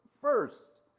first